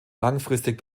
langfristig